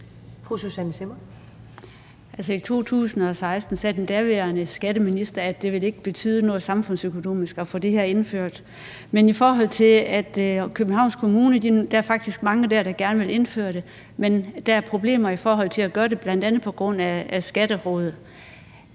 i 2016 sagde den daværende skatteminister, at det ikke ville betyde noget samfundsøkonomisk at få det her indført. I Københavns Kommune er der faktisk mange, der gerne vil gøre det, men der er problemer i forhold til at gøre det, bl.a. på grund af Skatterådet.